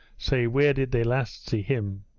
say where did they last see him